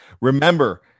remember